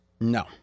No